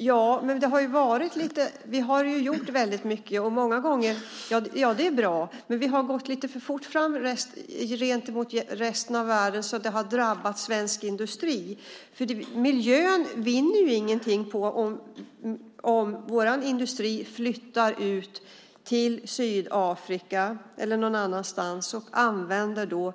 Fru talman! Vi har gjort väldigt mycket, och det är bra. Men vi har gått lite för fort fram gentemot resten av världen, och det har drabbat svensk industri. Miljön vinner ingenting på om vår industri flyttar ut till Sydafrika eller någon annanstans och använder